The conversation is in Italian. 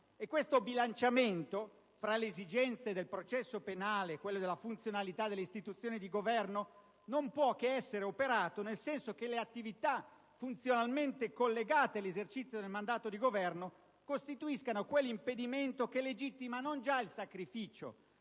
Tale bilanciamento fra le esigenze del processo penale e quelle della funzionalità delle istituzioni di governo non può che essere operato nel senso che le attività funzionalmente collegate all'esercizio del mandato di governo costituiscano quell'impedimento che legittima non già il sacrificio,